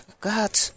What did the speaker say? God